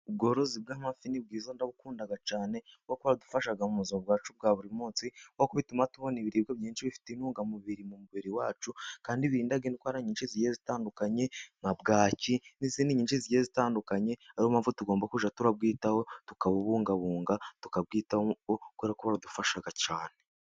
Ubworozi bwa'amafi ni bwiza ndabukunda cyane, kuko bura dufasha mu buzima ubwacu bwa buri munsi, aho butuma tubona ibiribwa byinshi bifite intungamubiri mu mubiri wacu, kandi burinda indwara nyinshi zi zitandukanye, nka bwaki n'izindi nyinshi zigiye zitandukanye, niyo mpamvu tugomba kujya turabwitaho, tukabungabunga tukabwitaho kuko buradufasha cyane.